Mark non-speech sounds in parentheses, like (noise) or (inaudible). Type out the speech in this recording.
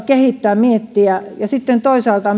kehittää miettiä sitten toisaalta (unintelligible)